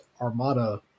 Armada